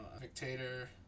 Dictator